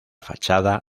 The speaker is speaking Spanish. fachada